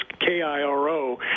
KIRO